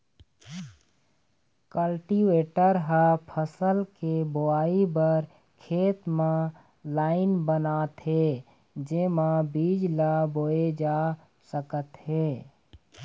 cultivator ह फसल के बोवई बर खेत म लाईन बनाथे जेमा बीज ल बोए जा सकत हे